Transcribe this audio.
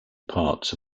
parts